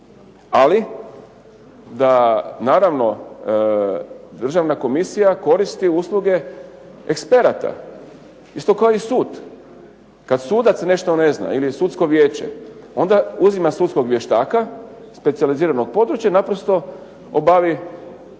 ali da naravno državna komisija koristi usluge eksperata. Isto kao i sud. Kad sudac nešto ne zna ili sudsko vijeće, onda uzima sudskog vještaka specijaliziranog područja, naprosto obavi